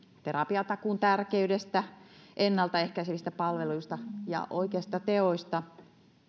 terapiatakuun tärkeydestä ennalta ehkäisevistä palveluista ja oikeista teoista